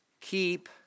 keep